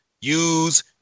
use